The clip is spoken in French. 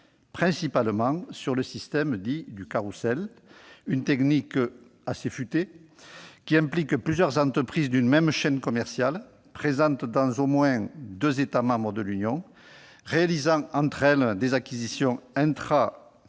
principalement sur le système dit « carrousel », une technique assez futée qui implique plusieurs entreprises d'une même chaîne commerciale présente dans au moins deux États membres de l'Union, réalisant entre elles des acquisitions